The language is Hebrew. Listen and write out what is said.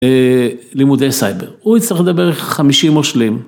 לימודי סייבר, הוא יצטרך לדבר 50 מושלים.